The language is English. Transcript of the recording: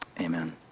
amen